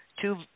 two